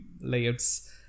layouts